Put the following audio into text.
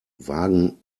wagen